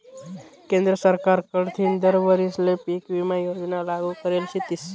केंद्र सरकार कडथीन दर वरीसले पीक विमा योजना लागू करेल शेतीस